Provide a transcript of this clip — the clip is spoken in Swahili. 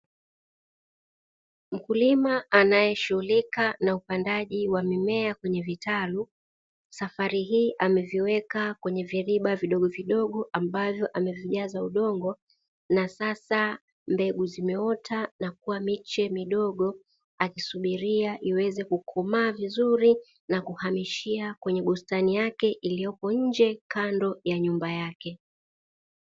Mkulima anaeshughulika na upandaji wa mimea kwenye vitalu, safari hii ameviweka kwenye viriba vidogovidogo ambavyo amevijaza udongo, na sasa mbegu zimeota na kuwa miche midogo akisubiria iweze kukomaa vizuri na kuhamishia kwenye bustani iliyoko nje kando ya nyumba yake.